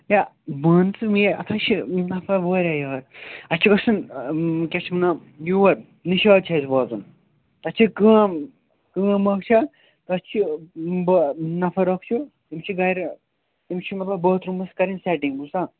کیٛاہ مان ژٕ اَتھ ہا چھُ نَفع واریاہ یارٕ اَسہِ چھُ گژھُن کیٛاہ چھِ یَتھ وَنان یور نِشاط چھُ اَسہِ واتُن تَتہِ چھِ کٲم کٲم اکھ چھا تَتھ چھِ بہٕ نَفر اکھ چھُ تِم چھِ گرِ تٔمِس چھِ مطلب باتھ روٗم کَرٕنۍ سیٹِنٛگ بوٗزتھا